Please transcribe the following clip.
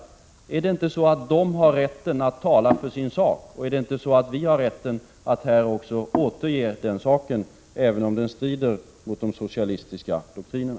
Har inte de rätten att tala för sin sak, och har inte vi rätten att här återge den saken, även om den strider mot de socialistiska doktrinerna?